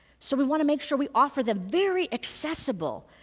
so we want to make sure we offer them very accessible,